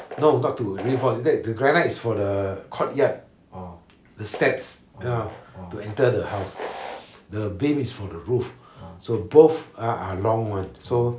no not to reinforce that the granite is for the courtyard the steps you know to enter the house the beam is for the roof so both ah are long [one] so